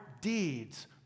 deeds